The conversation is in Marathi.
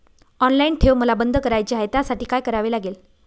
ऑनलाईन ठेव मला बंद करायची आहे, त्यासाठी काय करावे लागेल?